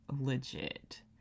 legit